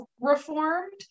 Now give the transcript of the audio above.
reformed